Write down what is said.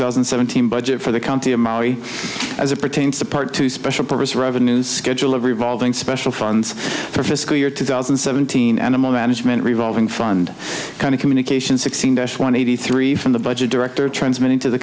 thousand and seventeen budget for the county of maui as it pertains to part two special purpose revenues schedule of revolving special funds for fiscal year two thousand and seventeen animal management revolving fund kind of communication sixteen dash one eighty three from the budget director transmit